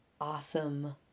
awesome